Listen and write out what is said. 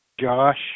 josh